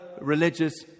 religious